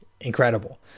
incredible